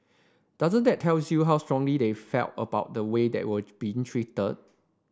doesn't that tells you how strongly they felt about the way they were been treated